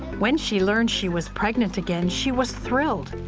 when she learned she was pregnant again, she was thrilled.